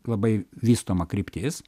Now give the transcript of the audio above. labai vystoma kryptis